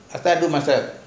part time also must hav e